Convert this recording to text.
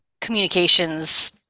communications